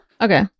Okay